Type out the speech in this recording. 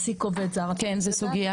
כן, זו סוגיה